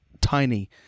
tiny